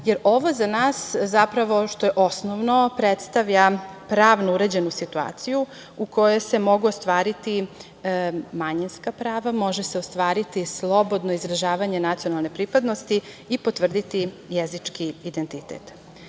jer ovo za nas, zapravo što je osnovno predstavlja pravnu urađenu situaciju u kojoj se mogu ostvariti manjinska prava, može se ostvariti slobodno izražavanje nacionalne pripadnosti i potvrditi jezički identitet.Za